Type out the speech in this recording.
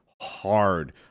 hard